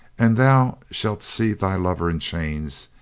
and thou shalt see thy lover in chains,